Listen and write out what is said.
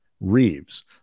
Reeves